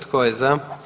Tko je za?